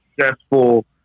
successful